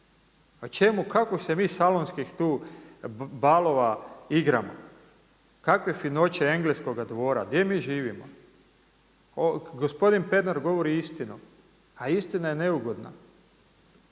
A čemu, kako se mi salonskih balova igramo, kakve finoće engleskoga dvora. Gdje mi živimo? Gospodin Pernar govori istinu, a istina je neugodna